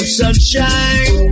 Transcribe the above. sunshine